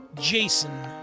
Jason